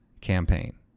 campaign